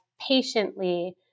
patiently